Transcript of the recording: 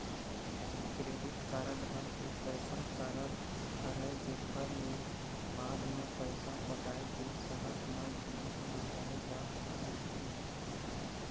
credit card ह एक अइसन कारड हरय जेखर ले बाद म पइसा पटाय के सरत म जिनिस बिसाए जा सकत हे